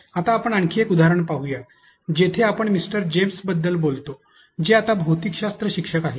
आता आपण आणखी एक उदाहरण पाहू या जेथे आपण मिस्टर जेम्स बद्दल बोलतो जे आता भौतिकशास्त्र शिक्षक आहेत